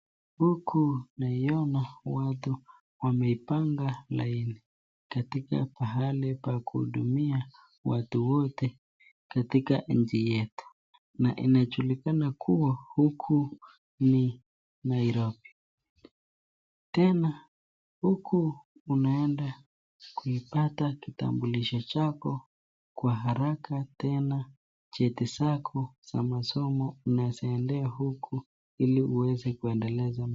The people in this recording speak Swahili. Huku naiona watu wameipanga laini katika pahali pa kuhudumia watu wote katika nchi yetu na inajulikana kuwa huku ni Nairobi. Tena huku unaenda kuipata kitambulisho chako kwa haraka tena cheti zako za masomo unaweza endea huku ili uweze kuendeleza.